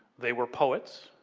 they were poets